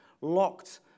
locked